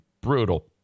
brutal